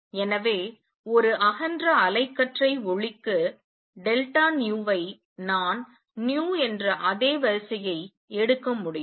எனவே ஒரு அகன்ற அலைக்கற்றை ஒளிக்கு வை நான் nu என்ற அதே வரிசையை எடுக்க முடியும்